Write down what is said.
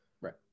Right